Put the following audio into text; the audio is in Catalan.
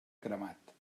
cremat